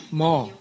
more